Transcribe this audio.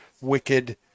wicked